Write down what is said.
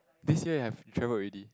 this year I've travelled already